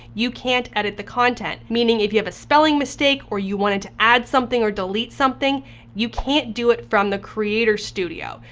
you can't edit the content. meaning if you have a spelling mistake or you wanted to add something or delete something you can't do it from the creator studio.